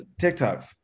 TikToks